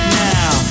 now